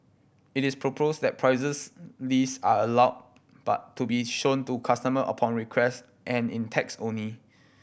it is proposed that prices list are allowed but to be shown to customer upon request and in text only